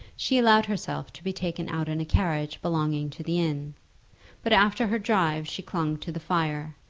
she allowed herself to be taken out in a carriage belonging to the inn but after her drive she clung to the fire,